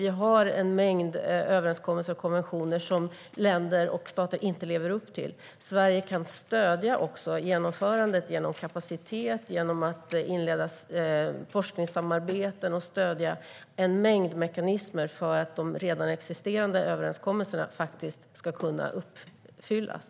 Vi har en mängd överenskommelser och konventioner som länder och stater inte lever upp till. Sverige kan stödja genomförandet genom kapacitet, inleda forskningssamarbeten och stödja en mängd mekanismer för att de redan existerande överenskommelserna ska kunna uppfyllas.